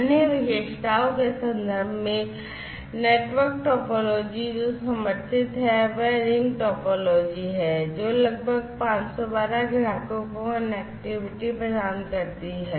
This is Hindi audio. अन्य विशेषताओं के संदर्भ में नेटवर्क टोपोलॉजी जो समर्थित है वह रिंग टोपोलॉजी है जो लगभग 512 ग्राहकों को कनेक्टिविटी प्रदान करती है